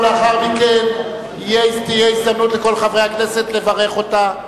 ולאחר מכן תהיה הזדמנות לכל חברי הכנסת לברך אותה.